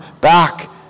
back